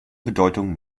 bedeutung